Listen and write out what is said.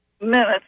minutes